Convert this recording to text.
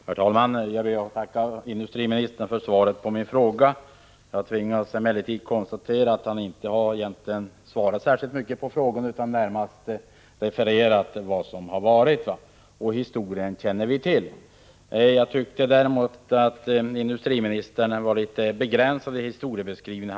Herr talman! Jag ber att få tacka industriministern för svaret på min fråga. Jag tvingas emellertid konstatera att han egentligen inte har svarat särskilt mycket på frågan utan närmast har refererat till vad som har varit, och historien känner vi till. Jag tycker dock att industriministerns historiebeskrivning var litet begränsad.